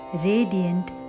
radiant